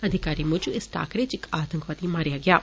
अधिकारी मूजब इस टाकरे च इक आतंकवादी मारेआ गेआ ऐ